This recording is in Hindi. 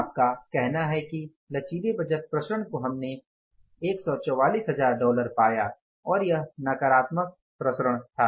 आपका कहना है कि लचीले बजट विचरण को हमने 144000 डॉलर पाया और यह नकारात्मक विचरण था